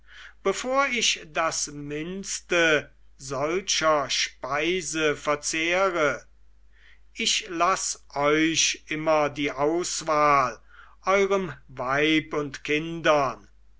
bevor ich das mindste solcher speise verzehre ich laß euch immer die auswahl eurem weib und kindern